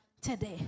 today